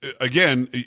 again